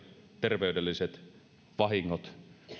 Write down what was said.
terveydelliset vahingot